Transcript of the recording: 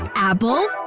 apple.